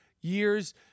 years